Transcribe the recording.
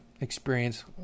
experience